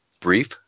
brief